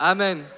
Amen